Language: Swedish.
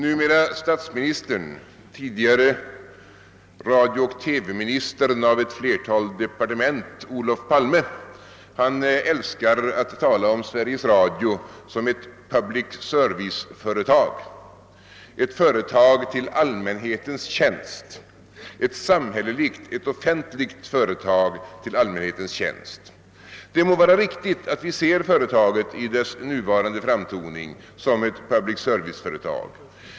Numera statsministern, tidigare radiooch TV-ministern av ett flertal departement, Olof Palme älskar att tala om Sveriges Radio som ett public service-företag, ett företag till allmänhetens tjänst — ett samhälleligt, ett offentligt företag till allmänhetens tjänst. Det må vara riktigt att vi ser företaget i dess nuvarande framtoning som ett public service-företag.